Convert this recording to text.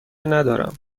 ندارم